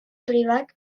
privat